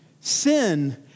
sin